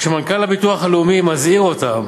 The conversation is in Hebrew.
כשמנכ"ל הביטוח הלאומי מזהיר אותם